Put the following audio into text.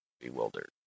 bewildered